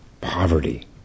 poverty